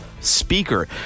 speaker